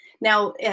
Now